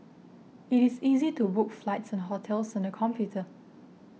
it is easy to book flights and hotels on the computer